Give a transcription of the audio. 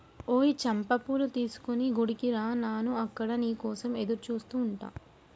ఓయ్ చంపా పూలు తీసుకొని గుడికి రా నాను అక్కడ నీ కోసం ఎదురుచూస్తు ఉంటా